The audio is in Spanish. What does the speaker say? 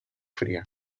fría